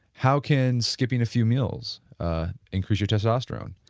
how can skipping a few meals increase your testosterone?